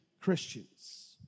Christians